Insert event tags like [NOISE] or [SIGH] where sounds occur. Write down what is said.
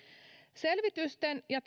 selvitysten ja [UNINTELLIGIBLE]